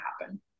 happen